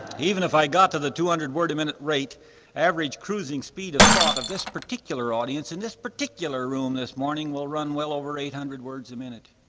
even if i got to the two hundred word a minute rate average cruising speed of thought of this particular audience in this particular room this morning will run well over eight hundred words a minute.